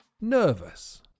nervous